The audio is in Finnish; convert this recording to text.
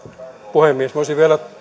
puhemies minä olisin vielä